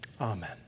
Amen